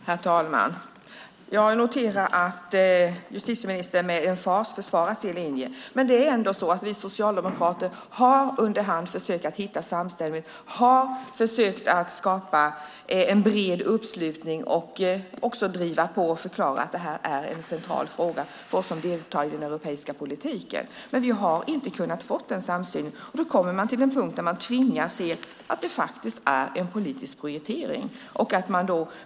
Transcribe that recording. Herr talman! Jag noterar att justitieministern med emfas försvarar sin linje. Men det är ändå så att vi socialdemokrater under hand har försökt hitta samstämmighet och har försökt att skapa en bred uppslutning och också driva på och förklara att detta är en central fråga för oss som deltar i den europeiska politiken. Men vi har inte kunnat få denna samsyn, och då kommer man till en punkt då man tvingas se att det faktiskt är en politisk prioritering.